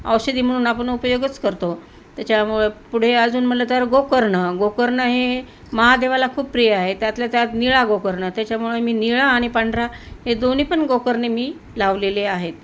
औषधी म्हणून आपण उपयोगच करतो त्याच्यामुळं पुढे अजून म्हणलं तर गोकर्ण गोकर्ण हे महादेवाला खूप प्रिय आहे त्यात त्यात निळा गोकर्ण त्याच्यामुळे मी निळा आणि पांढरा हे दोन्ही पण गोकर्ण मी लावलेले आहेत